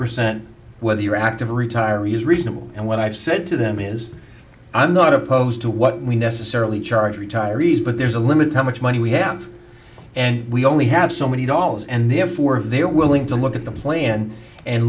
percent whether you're active retiree is reasonable and what i've said to them is i'm not opposed to what we necessarily charge retirees but there's a limit to how much money we have and we only have so many dollars and therefore if they're willing to look at the plan and